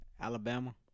Alabama